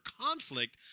conflict